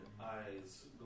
eyes